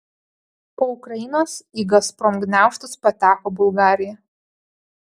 po ukrainos į gazprom gniaužtus pateko bulgarija